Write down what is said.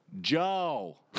Joe